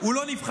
הוא לא נבחר,